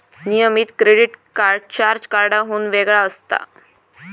नियमित credit card charge कार्डाहुन वेगळा असता